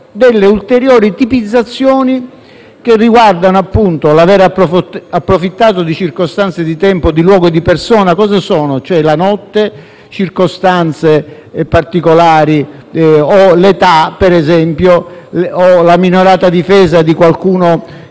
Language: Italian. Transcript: ulteriori tipizzazioni che riguardano l'aver approfittato di circostanze di tempo, di luogo e di persona. Cosa sono? Ad esempio la notte, circostanze particolari come l'età o la minorata difesa di qualcuno